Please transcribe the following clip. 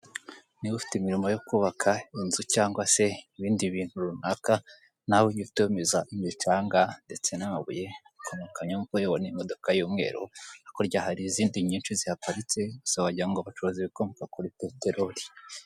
Niba ufite imirimo yo kubaka inzu cyangwe se ibindi bintu runaka, nawe ujye utumiza imicanga ndetse n'amabuye ku ma kamyo, nk'uko ubibona iyi modoka y'umweru, hakurya hari izindi nyinshi zihaparitse, gusa wagira ngo bacuruza ibikomoka kuri petorori.